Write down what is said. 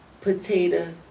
potato